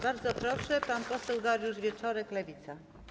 Bardzo proszę, pan poseł Dariusz Wieczorek, Lewica.